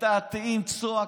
מתעתעים, צועקים.